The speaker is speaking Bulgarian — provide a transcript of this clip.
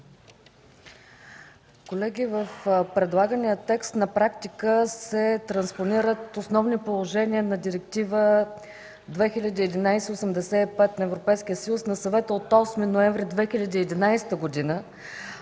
Колеги, в предлагания текст на практика се транспонират основни положения на Директива 2011/85/ЕС, на Съвета от 8 ноември 2011 г.,